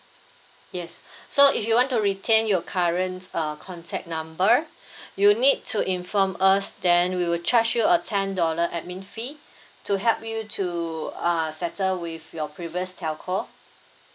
yes so if you want to retain your current err contact number you need to inform us then we will charge you a ten dollar admin fee to help you to uh settle with your previous telco